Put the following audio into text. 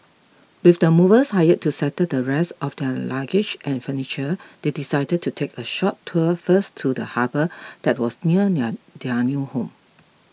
with the movers hired to settle the rest of their luggage and furniture they decided to take a short tour first to the harbour that was near near their new home